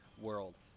world